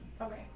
Okay